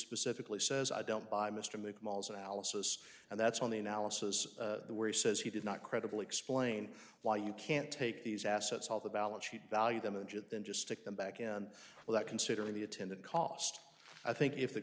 specifically says i don't buy mr make mauls analysis and that's when the analysis where he says he did not credible explain why you can't take these assets off the balance sheet value them and then just stick them back in without considering the attendant cost i think if the